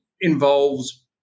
involves